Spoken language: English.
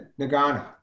Nagana